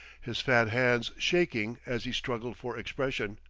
his fat hands shaking as he struggled for expression.